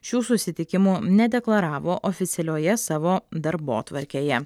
šių susitikimų nedeklaravo oficialioje savo darbotvarkėje